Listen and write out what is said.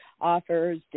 offers